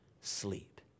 sleep